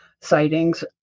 sightings